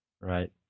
Right